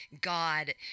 god